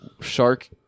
shark